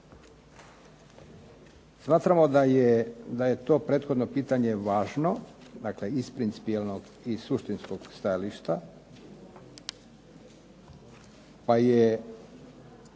Smatramo da je to prethodno pitanje važno dakle iz principijelnog i suštinskog stajališta, pa je